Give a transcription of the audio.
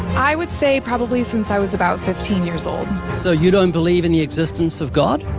i would say probably since i was about fifteen years old. so, you don't believe in the existence of god?